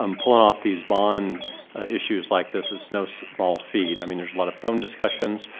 um pulling off these bond issues like this is no small feat, i mean there's a lot of phone discussions,